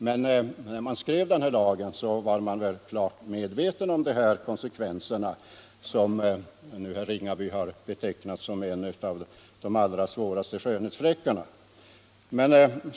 Men när man skrev lagen var man klart medveten om de konsekvenser som herr Ringaby nu har betecknat som en av de allra svåraste skönhetsfläckarna.